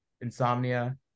Insomnia